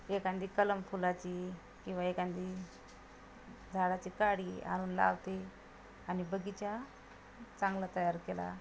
एकांदी कलम फुलाची किंवा एकांदी झाळाची काडी आनून लावते आनि बगीचा चांगला तयार केला